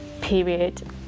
period